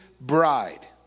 bride